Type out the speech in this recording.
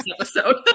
episode